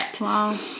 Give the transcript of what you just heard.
Wow